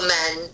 men